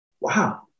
wow